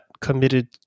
committed